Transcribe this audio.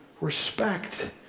respect